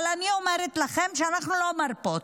אבל אני אומרת לכם שאנחנו לא מרפות,